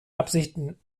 absichten